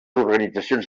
organitzacions